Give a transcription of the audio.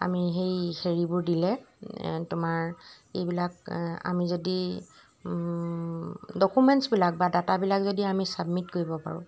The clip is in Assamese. আমি সেই হেৰিবোৰ দিলে তোমাৰ এইবিলাক আমি যদি ডকুমেণ্টছবিলাক বা ডাটাবিলাক যদি আমি চাবমিট কৰিব পাৰোঁ